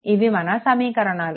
ఇవి మన సమీకరణాలు